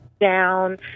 down